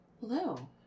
hello